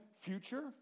future